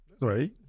right